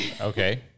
Okay